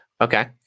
Okay